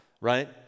right